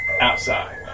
outside